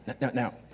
Now